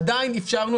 עדיין אפשרנו,